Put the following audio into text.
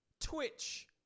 Twitch